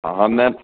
हा हा मेम